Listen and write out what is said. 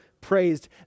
praised